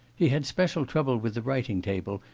he had special trouble with the writing table,